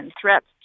threats